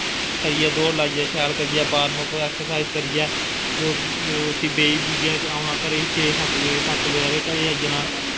करियै दोड़ लाइयै शैल करियै बार्मअप ऐक्सरसाइज़ करियै उत्थें बेही बुहियै ते औना घरै गी छे सत्त बज़े सत्त बजे हारे घरै गी आई जाना